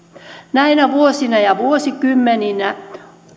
näinä vuosina ja vuosikymmeninä